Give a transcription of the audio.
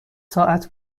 ساعت